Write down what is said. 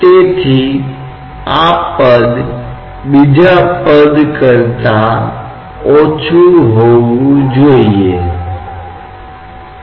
ये दो महत्वपूर्ण कारण हैं कई अन्य कारण हैं जो हमेशा तस्वीर में होते हैं जब आप एक दबाव के मापन के लिए एक तरल पदार्थ का चयन करते हैं तो यह बैरोमीटर की तरह है